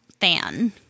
fan